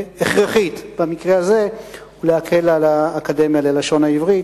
הכרחית במקרה הזה, ולהקל על האקדמיה ללשון העברית.